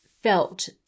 felt